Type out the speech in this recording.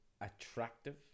attractive